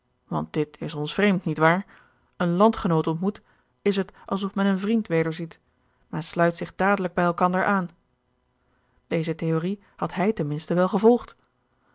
want dit is ons vreemd niet waar een landgenoot ontmoet is het alsof men een vriend wederziet men sluit zich dadelijk bij elkander aan deze theorie had hij ten minste wel gevolgd